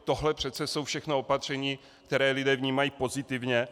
Tohle přece jsou všechno opatření, která lidé vnímají pozitivně.